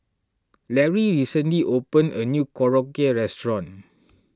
Larry recently opened a new Korokke restaurant